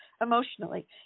emotionally